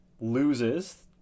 loses